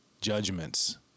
judgments